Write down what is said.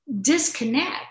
disconnect